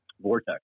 vortex